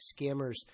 scammers